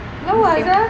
oh my god